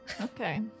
Okay